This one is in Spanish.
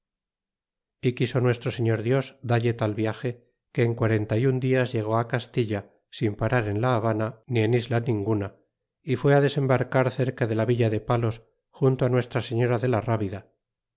y quiso nuestro señor dios dalle tal viaje que en quarenta y un dial llegó castilla sin parar en la habana ni en isla ninguna y fue desembarcar cerca de la villa de palos junto nuestra señora de la ravida